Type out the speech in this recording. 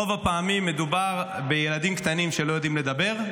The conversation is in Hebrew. רוב הפעמים מדובר בילדים קטנים שלא יודעים לדבר,